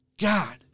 God